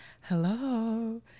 hello